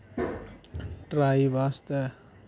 try बास्तै